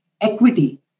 equity